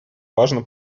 важно